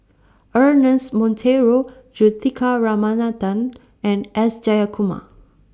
Ernest Monteiro Juthika Ramanathan and S Jayakumar